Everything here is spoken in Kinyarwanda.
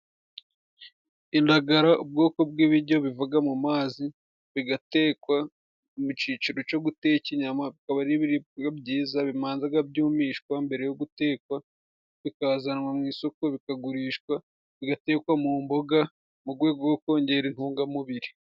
Indagara ubwoko bw'ibijyo biva mu mazi bigatekwa, mu ciciro co guteka inyama, bikaba ari ibibwa byiza bimanzaga byumishwa mbere yo gutekwa, bikazanwa mu isoko bikagurishwa, bigatekwa mu mboga mu gwego gwo kongera intungamubiri.